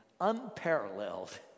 unparalleled